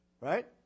right